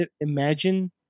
imagine